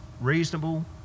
reasonable